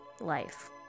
life